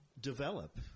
develop